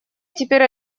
теперь